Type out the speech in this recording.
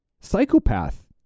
psychopath